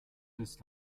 ist